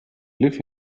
live